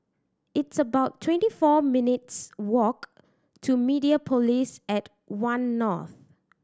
it's about twenty four minutes' walk to Mediapolis at One North